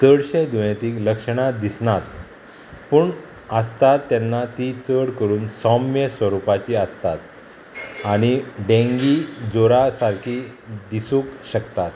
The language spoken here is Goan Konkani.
चडशे दुयेंतीक लक्षणां दिसनात पूण आसतात तेन्ना तीं चड करून सोम्य स्वरुपाचीं आसतात आनी डेंगी जोरा सारकीं दिसूंक शकता